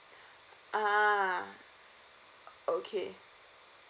ah okay